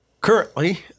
Currently